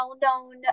well-known